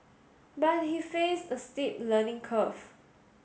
but he faced a steep learning curve